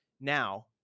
Now